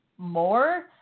more